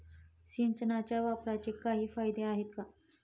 सिंचनाच्या वापराचे काही फायदे आहेत का?